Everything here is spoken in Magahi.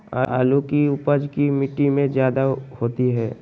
आलु की उपज की मिट्टी में जायदा होती है?